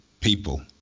people